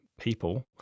people